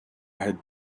had